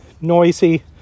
noisy